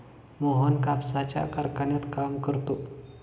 मोहन कापसाच्या कारखान्यात काम करतो